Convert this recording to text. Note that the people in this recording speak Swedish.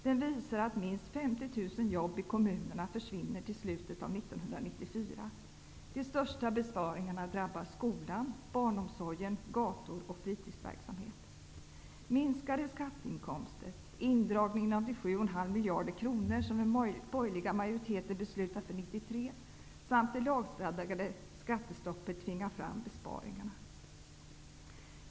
Den visar att minst 50 000 De största besparingarna drabbar skolan, barnomsorgen, gator och fritidsverksamhet. 7,5 miljarder kronor som den borgerliga majoriteten har beslutat för 1993 samt det lagstadgade skattestoppet tvingar fram besparingarna.